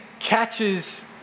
catches